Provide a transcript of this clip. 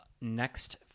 next